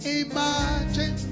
imagine